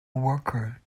worker